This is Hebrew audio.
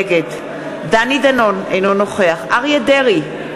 נגד דני דנון, אינו נוכח אריה דרעי,